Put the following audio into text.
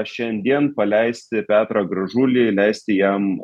šiandien paleisti petrą gražulį leisti jam